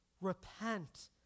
Repent